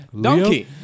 Donkey